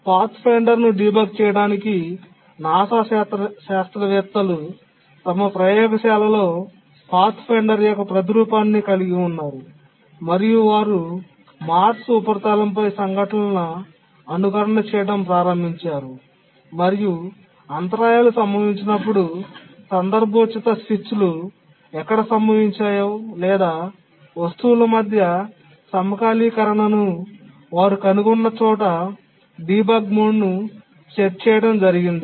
పాత్ఫైండర్ను debug చేయడానికి NASA శాస్త్రవేత్తలు తమ ప్రయోగశాలలో పాత్ఫైండర్ యొక్క ప్రతిరూపాన్ని కలిగి ఉన్నారు మరియు వారు మార్స్ ఉపరితలంపై సంఘటనల అనుకరణ చేయడం ప్రారంభించారు మరియు అంతరాయాలు సంభవించినప్పుడు సందర్భోచిత స్విచ్లు ఎక్కడ సంభవించాయో లేదా వస్తువుల మధ్య సమకాలీకరణను వారు కనుగొన్న చోట డీబగ్ మోడ్ను సెట్ చేయటం జరిగింది